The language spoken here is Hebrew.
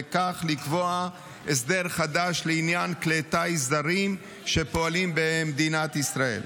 וכך לקבוע הסדר חדש לעניין כלי טיס זרים שפועלים במדינת ישראל.